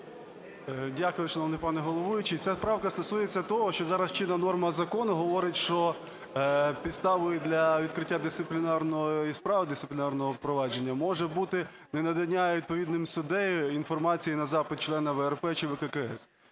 Дякую, шановний пане головуючий. Ця правка стосується того, що зараз чинна норма закону говорить, що підставою для відкриття дисциплінарного і справ дисциплінарного провадження може бути ненадання відповідним суддею інформації на запит члена ВРП чи ВККС.